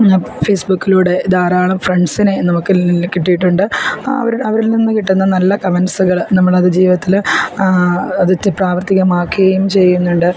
ഫേസ്ബുക്കിലൂടെ ധാരാളം ഫ്രണ്ട്സിനെ നമുക്ക് ല് കിട്ടിയിട്ടുണ്ട് അവരുടെ അവരിൽ നിന്നു കിട്ടുന്ന നല്ല കമൻറ്റ്സുകൾ നമ്മൾ അതു ജീവിതത്തിൽ അത് ഒത്തിരി പ്രാവർത്തികമാക്കുകയും ചെയ്യുന്നുണ്ട്